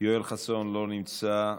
יואל חסון, לא נמצא,